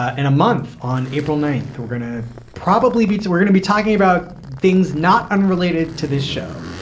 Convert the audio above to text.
ah in a month on april ninth. we're going to probably beats. we're gonna be talking about things not unrelated to this show.